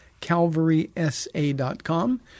calvarysa.com